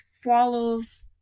follows